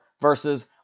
versus